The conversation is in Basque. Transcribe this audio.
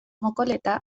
mekoleta